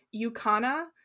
Yukana